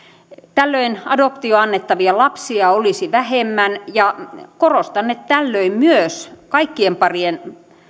tällöin adoptioon annettavia lapsia olisi vähemmän ja korostan että tällöin myös kaikkien parien